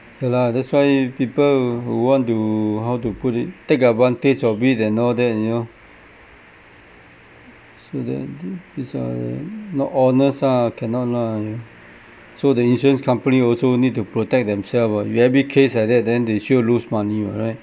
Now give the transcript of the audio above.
ya lah that's why people want to how to put it take advantage of it and all that you know so that this are not honest ah cannot lah so the insurance company also need to protect themselves what if every case like that then they sure lose money [what] right